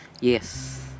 Yes